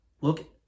Look